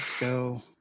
go